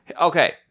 Okay